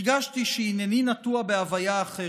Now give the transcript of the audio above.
הרגשתי שהינני נטוע בהוויה אחרת.